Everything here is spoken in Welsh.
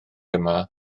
yma